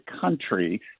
country